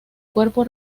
cuerpo